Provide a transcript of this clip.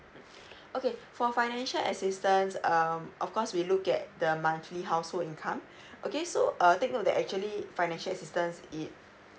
okay for financial assistance um of course we look at the monthly household income okay so uh take note that actually financial assistance it